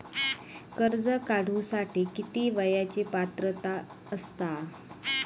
कर्ज काढूसाठी किती वयाची पात्रता असता?